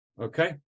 Okay